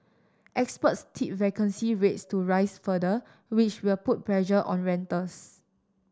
experts tipped vacancy rates to rise further which will put pressure on rentals